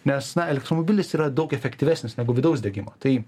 nes na elektromobilis yra daug efektyvesnis negu vidaus degimo tai